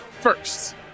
first